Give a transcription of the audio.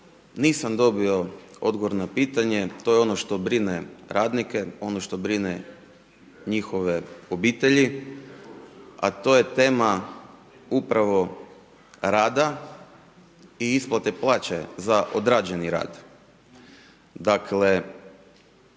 nisam dobio odgovor na pitanje, to je ono što brine radnike, ono što brine njihove obitelji, a to je tema upravo rada i isplate plaće za odrađeni rad.